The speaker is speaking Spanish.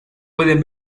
pueden